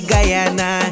Guyana